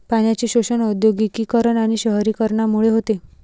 पाण्याचे शोषण औद्योगिकीकरण आणि शहरीकरणामुळे होते